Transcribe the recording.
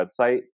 website